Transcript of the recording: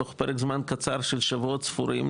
תוך פרק זמן קצר של שבועות ספורים,